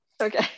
Okay